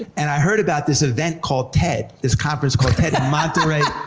and i heard about this event called ted, this conference called ted in monterrey,